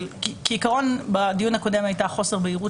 אבל בעיקרון בדיון הקודם הייתה חוסר בהירות